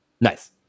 Nice